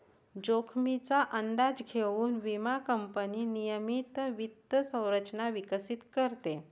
जोखमीचा अंदाज घेऊन विमा कंपनी नियमित वित्त संरचना विकसित करते